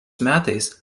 metais